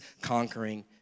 conquering